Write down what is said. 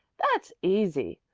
that's easy.